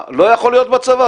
לא יכול להיות בצבא?